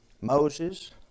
Moses